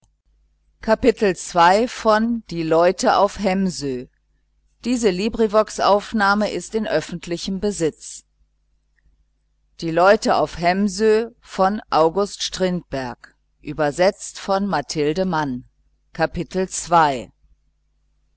ein hier auf hemsö